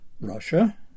Russia